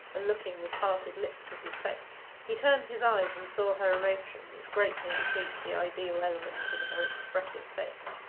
and looking with parted lips at his face. he turned his eyes and saw her emotion, which greatly increased the ideal element in her expressive face.